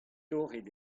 torret